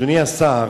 אדוני השר: